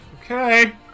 Okay